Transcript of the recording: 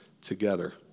together